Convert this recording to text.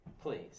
please